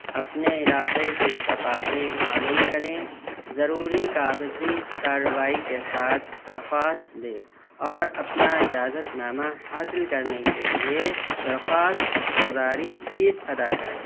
اپنے علاقے کے تقاضے معلوم کریں ضروری کاغذی کارروائی کے ساتھ درخواست دیں اور اپنا اجازت نامہ حاصل کرنے کے لیے درخواست گزاری فیس ادا کریں